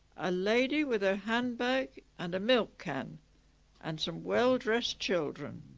a lady with a handbag and a milk can and some well-dressed children